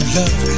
love